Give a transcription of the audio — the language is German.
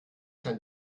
kein